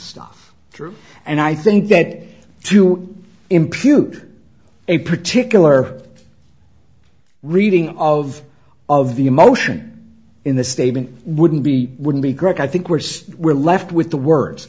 stuff through and i think that to impute a particular reading of of the emotion in the statement wouldn't be wouldn't be correct i think worse we're left with the words